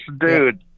dude